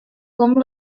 com